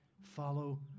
follow